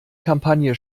kampagne